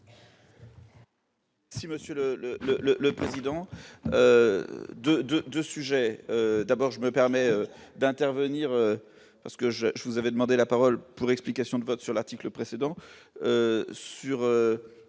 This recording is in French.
le le le le président de de de sujets d'abord, je me permets d'intervenir parce que je, je vous avez demandé la parole pour explication de vote sur l'article précédent sur